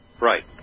Right